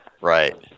Right